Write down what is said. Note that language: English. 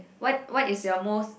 what what is your most